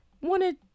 wanted